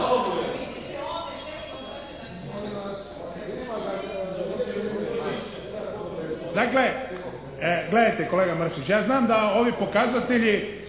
…Dakle, gledajte kolega Mršić. Ja znam da vama ovi pokazatelji